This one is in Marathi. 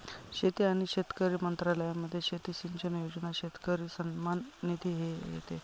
शेती आणि शेतकरी मंत्रालयामध्ये शेती सिंचन योजना, शेतकरी सन्मान निधी हे येते